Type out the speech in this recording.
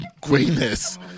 greatness